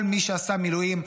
כל מי שעשה מילואים,